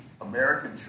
American